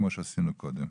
כפי שעשינו קודם.